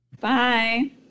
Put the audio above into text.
Bye